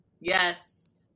Yes